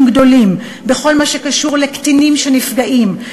גדולים בכל מה שקשור לקטינים שנפגעים,